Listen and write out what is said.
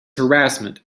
harassment